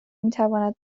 میتواند